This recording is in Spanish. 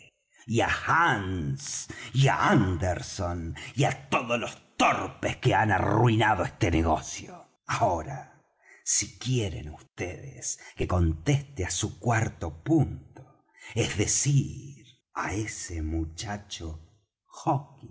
hands y anderson y á todos los torpes que han arruinado este negocio ahora si quieren vds que conteste á su cuarto punto es decir á ese muchacho